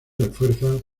refuerzan